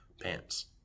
Pants